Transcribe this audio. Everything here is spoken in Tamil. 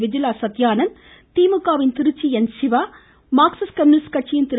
விஜிலா சத்யானந்த் திமுகவின் திருச்சி சிவா மார்க்சிஸ்ட் கம்யூனிஸ்ட் கட்சியின் திரு